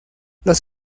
los